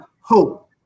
hope